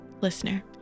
listener